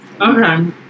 Okay